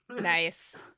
nice